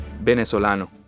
venezolano